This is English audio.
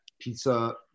pizza